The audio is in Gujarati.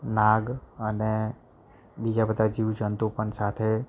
નાગ અને બીજા બધા જીવજંતુ પણ સાથે